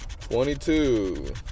Twenty-two